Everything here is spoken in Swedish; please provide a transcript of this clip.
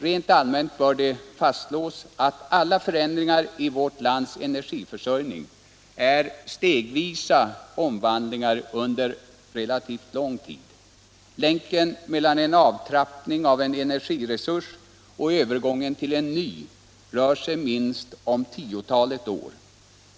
Rent allmänt bör det fastslås att alla förändringar i vårt lands energiförsörjning är stegvisa omvandlingar under relativt lång tid; länken mellan en avtrappning av en energiresurs och övergången till en ny rör sig om minst tiotalet år.